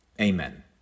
Amen